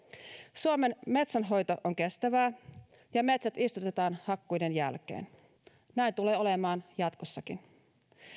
suomen metsänhoito on kestävää ja metsät istutetaan hakkuiden jälkeen näin tulee olemaan jatkossakin